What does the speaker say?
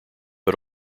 but